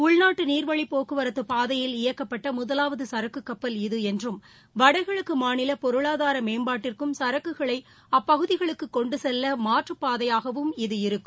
உள்நாட்டு நீர்வழிப் போக்குவரத்து பாதையில் இயக்கப்பட்ட முதலாவது சரக்குக் கப்பல் இது என்றும் வடகிழக்கு மாநில பொருளாதார மேம்பாட்டிற்கும் சரக்குகளை அப்பகுதிகளுக்கு கொண்டு செல்ல மாற்றப் பாதையாகவும் இது இருக்கும்